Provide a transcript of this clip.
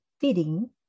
feeding